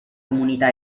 comunità